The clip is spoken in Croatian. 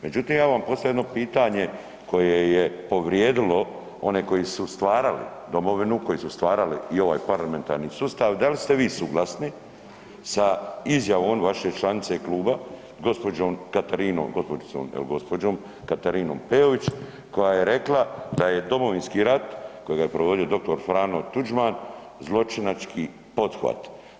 Međutim, ja vam postavljam jedno pitanje koje je povrijedilo one koji su stvarali domovinu, koji su stvarali i ovaj parlamentarni sustav, da li ste vi suglasni sa izjavom vaše članice kluba gđom. Katarinom, g-đicom. il gđom. Katarinom Peović koja je rekla da je Domovinski rat kojega je provodio dr. Franjo Tuđman zločinački pothvat?